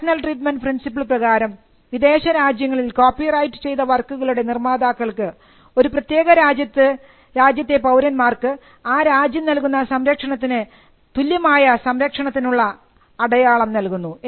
national treatment principle പ്രകാരം വിദേശരാജ്യങ്ങളിൽ copyright ചെയ്ത വർക്കുകളുടെ നിർമ്മാതാക്കൾക്ക് ഒരു പ്രത്യേക രാജ്യത്തെ പൌരന്മാർക്ക് ആ രാജ്യം നൽകുന്ന സംരക്ഷണത്തിന് തുല്യമായ സംരക്ഷണത്തിനുള്ള അടയാളം നൽകുന്നു